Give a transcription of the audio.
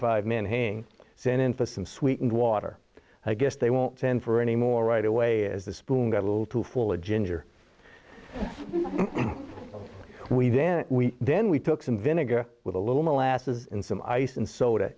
five men having sent in for some sweetened water i guess they won't stand for anymore right away as the spoon got a little too full of ginger we then we then we took some vinegar with a little molasses and some ice and soda